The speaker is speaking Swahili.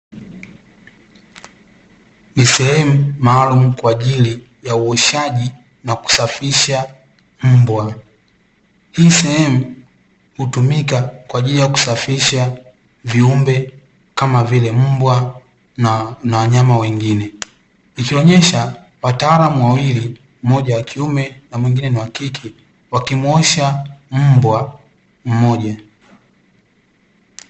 Ni sehemu maalumu kwa ajili ya uoshaji na kusafisha mbwa. Hii sehemu hutumika kwa ajili ya kusafisha viumbe kama vile mbwa, na wanyama wengine. Ikionyesha wataalamu wawili, mmoja wa kiume na mwingine ni wa kike, wakimuosha mbwa mmoja.